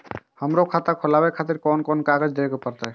हमरो खाता खोलाबे के खातिर कोन कोन कागज दीये परतें?